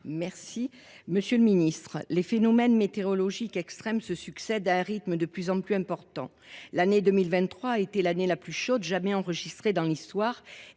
Varaillas. Monsieur le ministre, les phénomènes météorologiques extrêmes se succèdent à un rythme de plus en plus soutenu. L’année 2023 a été la plus chaude jamais enregistrée dans l’histoire